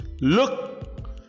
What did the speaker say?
Look